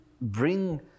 bring